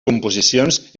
composicions